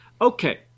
Okay